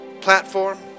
platform